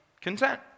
content